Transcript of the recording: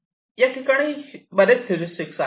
या ठिकाणी बरेच हेरिस्टिक्स आहेत